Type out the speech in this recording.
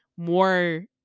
more